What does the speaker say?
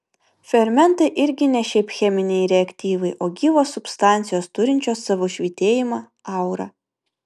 fermentai irgi ne šiaip cheminiai reaktyvai o gyvos substancijos turinčios savo švytėjimą aurą